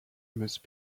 must